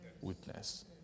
witness